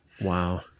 Wow